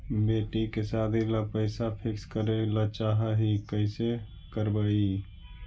बेटि के सादी ल पैसा फिक्स करे ल चाह ही कैसे करबइ?